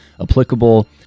applicable